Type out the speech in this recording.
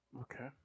Okay